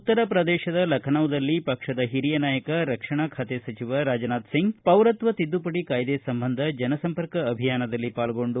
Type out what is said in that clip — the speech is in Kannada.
ಉತ್ತರ ಪ್ರದೇಶದ ಲಖನೌದಲ್ಲಿ ಪಕ್ಷದ ಹಿರಿಯ ನಾಯಕ ರಕ್ಷಣಾ ಖಾತೆ ಸಚಿವ ರಾಜನಾಥ್ ಸಿಂಗ್ ಪೌರತ್ವ ತಿದ್ದುಪಡಿ ಕಾಯ್ದೆ ಸಂಬಂಧ ಜನಸಂಪರ್ಕ ಅಭಿಯಾನದಲ್ಲಿ ಪಾಲ್ಗೊಂಡು